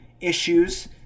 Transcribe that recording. issues